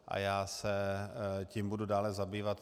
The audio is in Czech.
A já se tím budu dále zabývat.